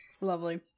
Lovely